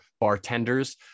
bartenders